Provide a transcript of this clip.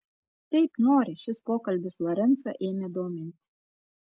taip nori šis pokalbis lorencą ėmė dominti